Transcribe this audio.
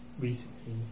recently